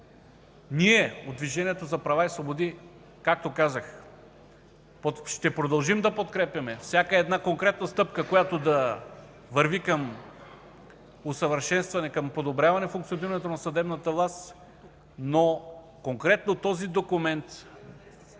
ние от Движението за права и свободи, както казах, ще продължим да подкрепяме всяка една конкретна стъпка, която да върви към усъвършенстване, към подобряване функционирането на съдебната власт, но конкретно този документ